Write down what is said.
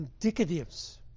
indicatives